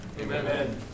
Amen